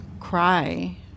cry